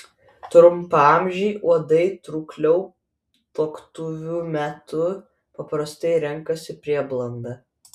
trumpaamžiai uodai trūkliai tuoktuvių metui paprastai renkasi prieblandą